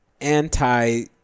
anti-